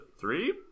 Three